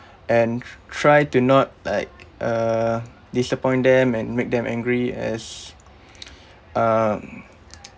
and try to not like uh disappoint them and make them angry as um